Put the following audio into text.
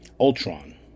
Ultron